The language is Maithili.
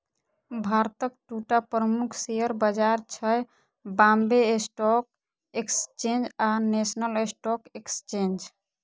भारतक दूटा प्रमुख शेयर बाजार छै, बांबे स्टॉक एक्सचेंज आ नेशनल स्टॉक एक्सचेंज